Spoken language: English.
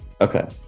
Okay